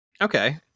Okay